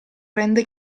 rende